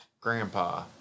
Grandpa